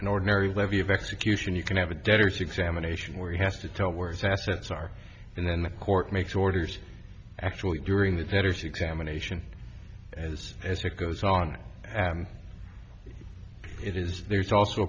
an ordinary levy of execution you can have a debtor's examination where he has to tell where its assets are and then the court makes orders actually during the better to examination as as it goes on it is there's also